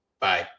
Bye